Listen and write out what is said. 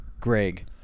Greg